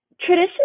traditional